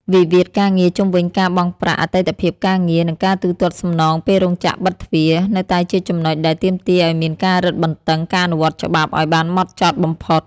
វិវាទការងារជុំវិញការបង់ប្រាក់អតីតភាពការងារ និងការទូទាត់សំណងពេលរោងចក្របិទទ្វារ នៅតែជាចំណុចដែលទាមទារឱ្យមានការរឹតបន្តឹងការអនុវត្តច្បាប់ឱ្យបានហ្មត់ចត់បំផុត។